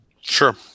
Sure